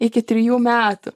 iki trijų metų